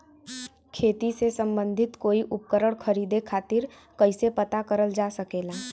खेती से सम्बन्धित कोई उपकरण खरीदे खातीर कइसे पता करल जा सकेला?